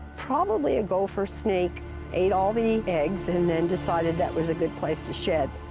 probably a gopher snake ate all the eggs and then decided that was a good place to shed.